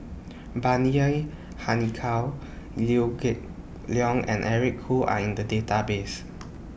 Bani Haykal Liew Geok Leong and Eric Khoo Are in The Database